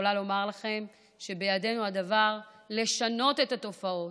יכולה לומר לכם שבידינו הדבר לשנות את התופעות,